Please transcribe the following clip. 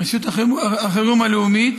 רשות החירום הלאומית.